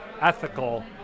ethical